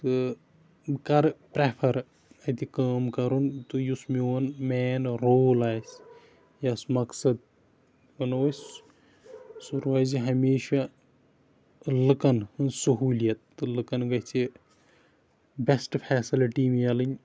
تہٕ بہٕ کرٕ پریفر اَتہِ کٲم کَرُن تہٕ یُس میون مین رول آسہِ یس مقصد ونَو أسۍ سُہ روزِ ہمیشہٕ لُکن ہنز صہوٗلیت تہٕ لُکن گژھِ بیسٹ فیسَلٹی ملٕنۍ